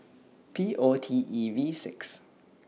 P O T E V six